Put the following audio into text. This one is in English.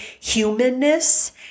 humanness